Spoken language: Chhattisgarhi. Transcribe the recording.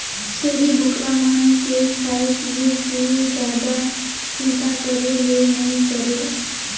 छेरी बोकरा मन के खाए पिए के जादा चिंता करे ले नइ परे